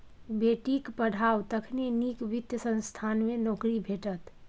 बेटीक पढ़ाउ तखने नीक वित्त संस्थान मे नौकरी भेटत